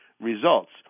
Results